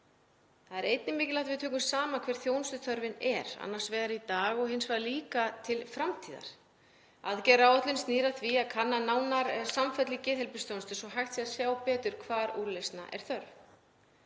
Það er einnig mikilvægt að við tökum saman hver þjónustuþörfin er annars vegar í dag og hins vegar líka til framtíðar. Aðgerðaáætlunin snýr að því að kanna nánar samfellu í geðheilbrigðisþjónustu svo hægt sé að sjá betur hvar úrlausna er þörf.